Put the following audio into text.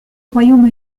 royaume